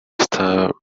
style